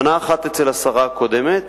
שנה אחת אצל השרה הקודמת